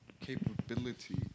capability